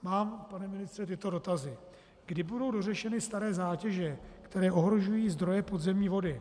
Mám, pane ministře, tyto dotazy: Kdy budou dořešeny staré zátěže, které ohrožují zdroje podzemní vody?